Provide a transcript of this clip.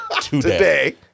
Today